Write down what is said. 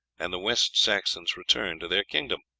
and the west saxons returned to their kingdom.